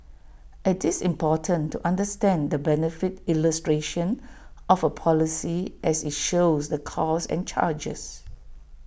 IT is important to understand the benefit illustration of A policy as IT shows the costs and charges